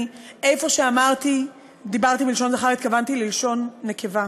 איפה שדיברתי בלשון זכר התכוונתי ללשון נקבה.